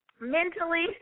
mentally